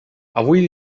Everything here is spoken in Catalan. avui